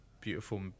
beautiful